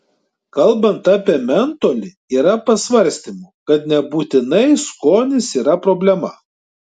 kalbant apie mentolį yra pasvarstymų kad nebūtinai skonis yra problema